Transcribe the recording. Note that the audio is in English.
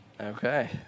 Okay